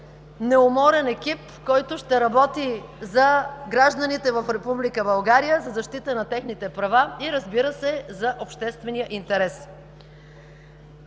неуморен екип, който ще работи за гражданите в Република България, за защита на техните права и, разбира се, за обществения интерес.